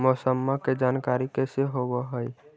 मौसमा के जानकारी कैसे होब है?